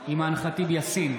אימאן ח'טיב יאסין,